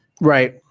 right